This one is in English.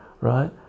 right